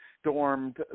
stormed